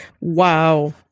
Wow